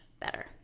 better